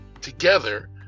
together